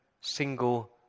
single